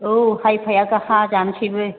औ हाइ फाइआ हाजानसैबो